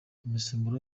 imisemburo